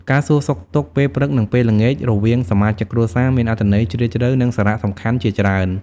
ការសួរសុខទុក្ខពេលព្រឹក និងពេលល្ងាចរវាងសមាជិកគ្រួសារមានអត្ថន័យជ្រាលជ្រៅ និងសារៈសំខាន់ជាច្រើន។